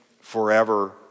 forever